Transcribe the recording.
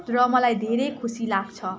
र मलाई धेरै खुसी लाग्छ